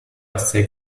ostsee